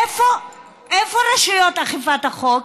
איפה רשויות אכיפת החוק?